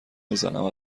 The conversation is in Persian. میزنم